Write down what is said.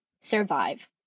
survive